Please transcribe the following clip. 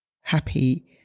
happy